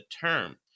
term